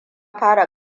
fara